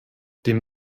dem